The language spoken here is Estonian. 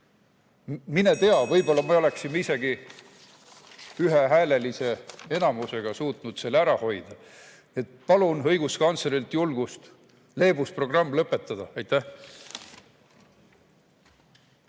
Mine tea, võib‑olla me oleksime isegi ühehäälelise enamusega suutnud selle ära hoida. Palun õiguskantslerilt julgust leebusprogramm lõpetada. Aitäh!